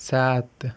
सात